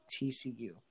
TCU